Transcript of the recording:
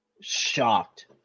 shocked